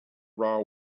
raw